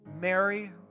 Mary